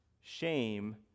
Shame